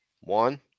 One